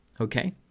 Okay